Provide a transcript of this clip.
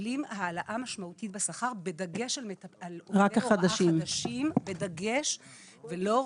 מקבלים העלאה ניכרת בשכר בדגש על מטפלי הוראה חדשים -- רק החדשים.